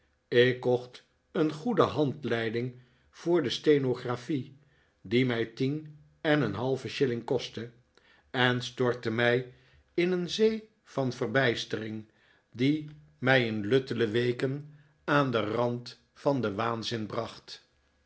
ik kocht een goede handleiding voor de stenographie die mij tien en een halven shilling kostte en stortte mij in een zee van verbijstering die mij in luttele weparlementszittingen thuis ken aap den rand van den waanzin bracht